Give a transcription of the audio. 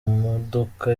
modoka